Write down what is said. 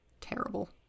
Terrible